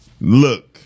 Look